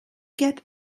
get